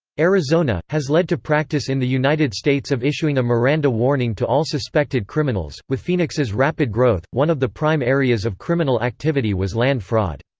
arizona, has led to practice in the united states of issuing a miranda warning to all suspected criminals with phoenix's rapid growth, one of the prime areas of criminal activity was land fraud.